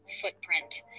footprint